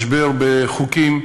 משבר בחוקים.